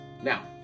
Now